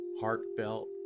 heartfelt